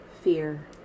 fear